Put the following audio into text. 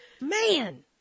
Man